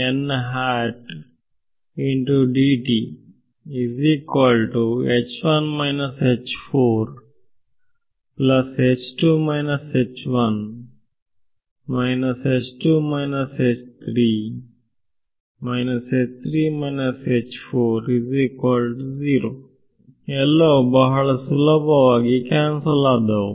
ಎಲ್ಲವೂ ಬಹಳ ಸುಲಭವಾಗಿ ಕ್ಯಾನ್ಸಲ್ ಆದವು